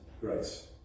grace